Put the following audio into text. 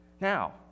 Now